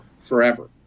forever